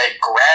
grab